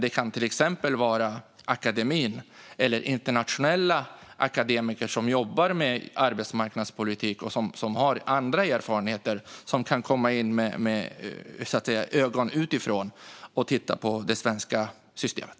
Det kan till exempel vara akademien eller internationella akademiker som jobbar med frågor som rör arbetsmarknadspolitik och som med andra erfarenheter kan titta på det svenska systemet.